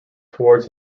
towards